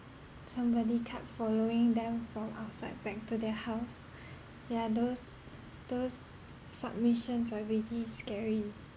somebody kept following them from outside back to their house yeah those those submissions are really scary